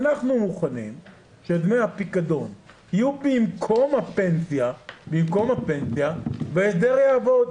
'אנחנו מוכנים שדמי הפיקדון יהיו במקום הפנסיה וההסדר יעבוד'.